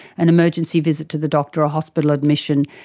an emergency visit to the doctor or hospital admission,